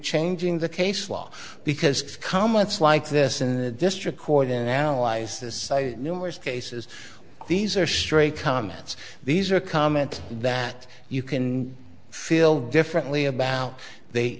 changing the case law because comments like this in the district court in analyze this numerous cases these are stray comments these are comment that you can feel differently about they